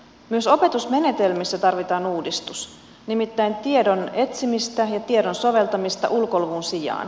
myös opetusmenetelmissä tarvitaan uudistus nimittäin tiedon etsimistä ja tiedon soveltamista ulkoluvun sijaan